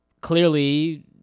Clearly